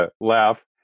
laugh